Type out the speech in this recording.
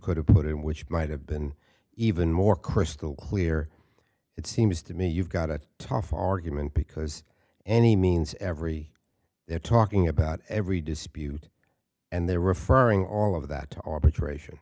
could have put it in which might have been even more crystal clear it seems to me you've got a tough argument because any means every they're talking about every dispute and their referring all of that